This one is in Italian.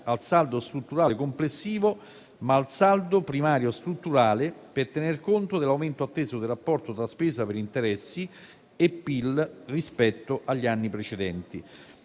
al saldo strutturale complessivo, ma al saldo primario strutturale per tener conto dell'aumento atteso del rapporto tra spesa per interessi e PIL rispetto agli anni precedenti.